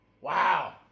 Wow